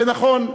ונכון,